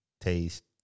taste